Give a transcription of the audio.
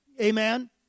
Amen